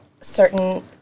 certain